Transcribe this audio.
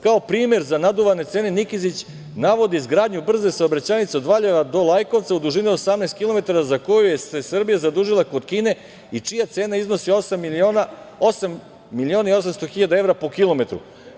Kao primer za naduvane cene Nikezić navodi izgradnju brze saobraćajnice od Valjeva do Lajkovca u dužini od 18 kilometara za koju je Srbija zadužila kod Kine i čija cena iznosi osam miliona i 800.000 evra po kilometru.